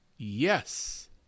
Yes